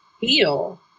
feel